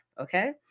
Okay